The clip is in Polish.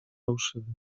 fałszywy